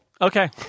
Okay